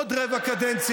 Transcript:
עוד רבע קדנציה.